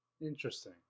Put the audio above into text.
Interesting